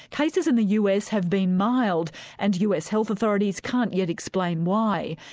cases in the us have been mild and us health authorities can't yet explain why.